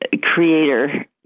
creator